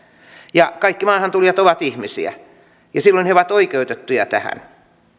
ja kaikki maahantulijat ovat ihmisiä ja silloin he ovat oikeutettuja tähän